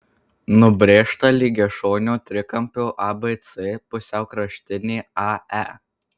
nubrėžta lygiašonio trikampio abc pusiaukraštinė ae